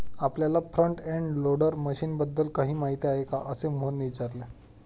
आपल्याला front end loader मशीनबद्दल काही माहिती आहे का, असे मोहनने विचारले?